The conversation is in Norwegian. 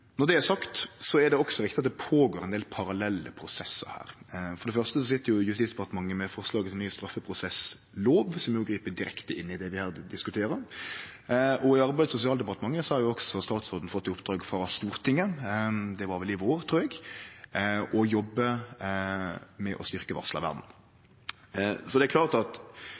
Når det er sagt, er det også riktig at det går føre seg ein del parallelle prosessar her. For det første sit Justisdepartementet med forslaget til ny straffeprosesslov, som jo grip direkte inn i det vi her diskuterer, og i Arbeids- og sosialdepartementet har også statsråden fått i oppdrag frå Stortinget – det var vel i vår, trur eg – å jobbe med å styrkje varslarvernet. Så det er klart at